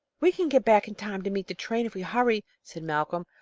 we can get back in time to meet the train, if we hurry, said malcolm,